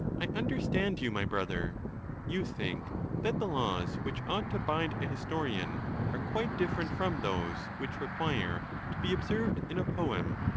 i understand you, my brother you think that the laws which ought to bind a historian are quite different from those which require to be observed in a poem.